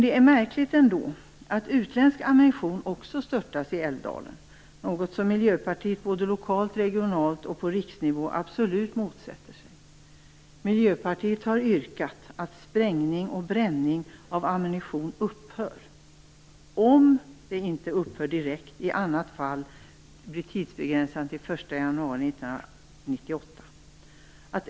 Det är märkligt ändå att också utländsk ammunition störtas i Älvdalen, något som Miljöpartiet såväl lokalt och regionalt som på riksnivå absolut motsätter sig. Miljöpartiet har yrkat på att sprängning och bränning av ammunition skall upphöra. Om det inte upphör direkt bör det bli tidsbegränsat till den 1 januari 1998.